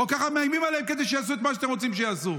או ככה מאיימים עליהם כדי שיעשו את מה שאתם רוצים שיעשו?